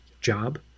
job